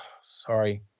sorry